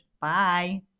bye